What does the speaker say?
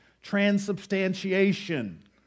Transubstantiation